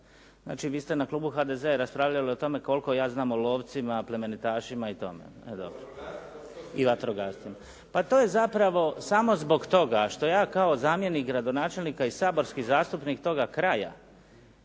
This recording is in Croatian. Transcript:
Znači, vi ste na klubu HDZ-a raspravljali o tome koliko ja znam o lovcima, plemenitašima i tome. … /Upadica se ne čuje./… I vatrogascima. Pa to je zapravo samo zbog toga što ja kao zamjenik gradonačelnika i saborski zastupnik toga kraja